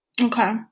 Okay